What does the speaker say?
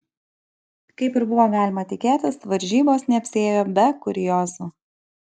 kaip ir buvo galima tikėtis varžybos neapsiėjo be kuriozų